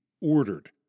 ordered